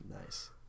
Nice